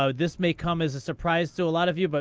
so this may come as a surprise to a lot of you, but